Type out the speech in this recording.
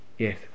Yes